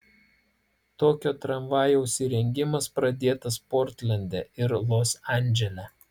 tokio tramvajaus įrengimas pradėtas portlende ir los andžele